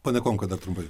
pone komka dar trumpai